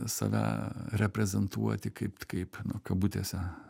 save reprezentuoti kaip kaip nu kabutėse